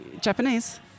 Japanese